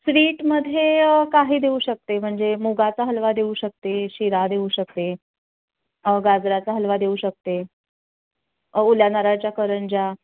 स्वीटमध्ये काही देऊ शकते म्हणजे मुगाचा हलवा देऊ शकते शिरा देऊ शकते गाजराचा हलवा देऊ शकते ओल्या नारळाच्या करंज्या